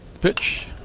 Pitch